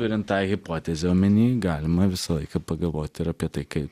turint tą hipotezę omeny galima visą laiką pagalvoti ir apie tai kaip